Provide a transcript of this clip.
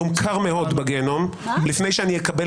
יום קר מאוד בגיהינום לפני שאני אקבל